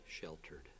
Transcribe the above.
sheltered